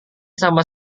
sama